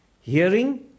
hearing